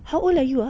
how old are you ah